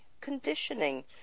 conditioning